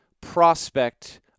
prospect